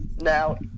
Now